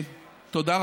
אתה לא מאמין לעצמך.